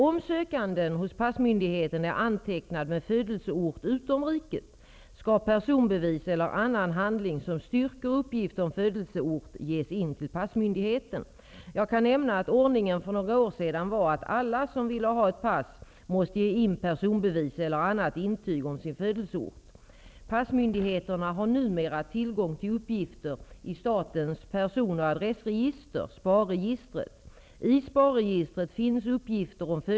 Om sökanden hos skattemyndigheten är antecknad med födelseort utom riket skall personbevis eller annan handling som styrker uppgift om födelseort ges in till passmyndigheten. Jag kan nämna att ordningen för några år sedan var att alla som ville ha ett pass måste ge in personbevis eller annat intyg om sin födelseort. Passmyndigheterna har numera tillgång till uppgifter i statens person och adressregister, Sverige.